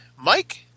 Mike